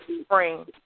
spring